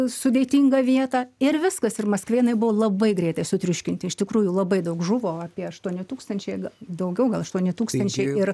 sudėtingą vietą ir viskas ir maskvėnai buvo labai greitai sutriuškinti iš tikrųjų labai daug žuvo apie aštuoni tūkstančiai daugiau gal aštuoni tūkstančiai ir